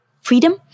freedom